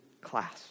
class